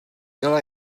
měla